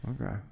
Okay